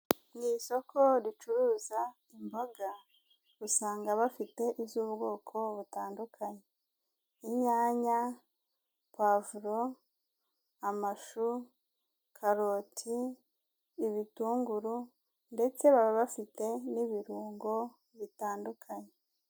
Ni isoko ricuruza imboga usanga bafite iz'ubwoko butandukanye inyanya, pavuro amashu karoti ibitunguru ndetse baba bafite n'ibirungo bitandukanye.